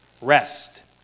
rest